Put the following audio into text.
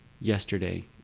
Yesterday